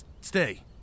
Stay